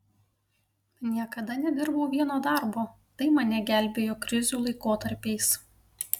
niekada nedirbau vieno darbo tai mane gelbėjo krizių laikotarpiais